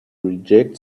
reject